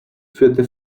führte